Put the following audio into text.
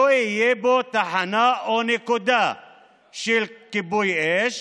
לא תהיה בו תחנה או נקודה של כיבוי אש.